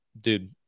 dude